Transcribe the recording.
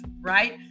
right